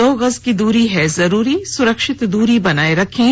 दो गज की दूरी है जरूरी सुरक्षित दूरी बनाए रखें